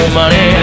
money